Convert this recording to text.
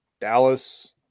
Dallas